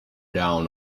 down